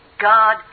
God